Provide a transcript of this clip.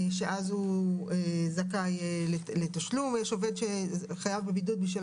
שאז הוא זכאי לתשלום ויש עובד שחייב בבידוד בשביל